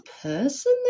Person